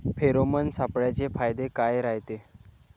Pheromone सापळ्याचे फायदे काय रायते?